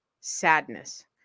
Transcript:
sadness